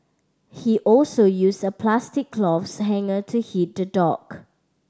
he also used a plastic cloths hanger to hit the dog